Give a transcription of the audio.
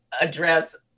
address